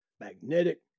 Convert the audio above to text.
magnetic